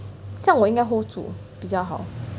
这样我应该 hold 住比较好